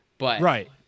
Right